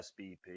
SBP